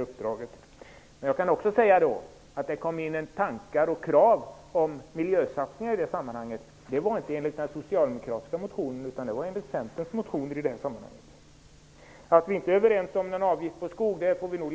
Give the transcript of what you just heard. uppdraget i fråga. Jag kan också säga att det i det sammanhanget framfördes en del tankar och krav vad gäller miljösatsningar, men inte föranledda av den socialdemokratiska motionen utan av Centerns motioner. Vi får nog leva med att inte vara överens i frågan om skogsavgift.